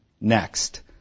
next